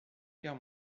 guerre